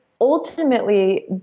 ultimately